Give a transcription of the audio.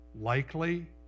likely